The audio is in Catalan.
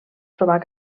trobar